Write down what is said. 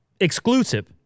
Exclusive